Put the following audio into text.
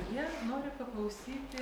kurie nori paklausyti